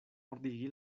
ordigi